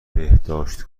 بهداشت